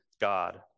God